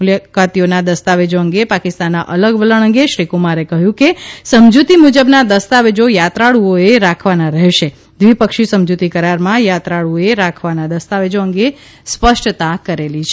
મુલાકાતીઓના દસ્તાવેજો અંગે પાકિસ્તાનના અલગ વલણ અંગે શ્રી કુમારે કહ્યું કે સમજૂતી મુજબના દસ્તાવેજો યાત્રાળુઓએ રાખવાના રહેશ વ્રિપક્ષી સમજૂતી કરારમા યાત્રાળુએ રાખવાના દસ્તાવેજો અંગે સ્પષ્ટતા કરેલી છે